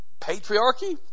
patriarchy